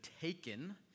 taken